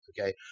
okay